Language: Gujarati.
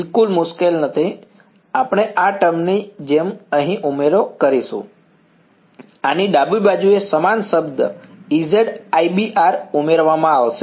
બિલકુલ મુશ્કેલી નથી આપણે આ ટર્મ ની જેમ અહીં ઉમેરી શકીએ છીએ આની ડાબી બાજુએ સમાન શબ્દ Ez iB ઉમેરવામાં આવશે